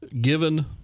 given